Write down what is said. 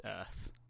earth